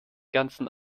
ganzen